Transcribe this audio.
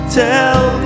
tell